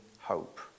hope